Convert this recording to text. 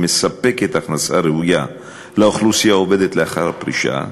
שמספקת הכנסה ראויה לאוכלוסייה עובדת לאחר הפרישה,